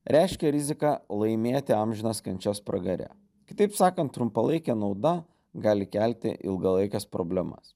reiškia riziką laimėti amžinas kančias pragare kitaip sakant trumpalaikė nauda gali kelti ilgalaikes problemas